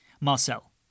Marcel